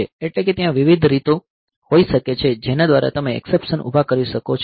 એટલે કે ત્યાં વિવિધ રીતો હોઈ શકે છે જેના દ્વારા તમે એક્સેપ્શન ઉભા કરી શકો છો